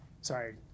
sorry